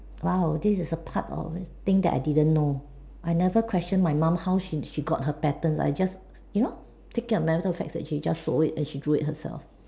!wow! this is a part of thing that I didn't know I never question my mum how she she got her patterns I just you know take it a matter of fact that she just sew it and she drew it herself